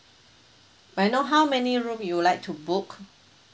may I know how many room you would like to book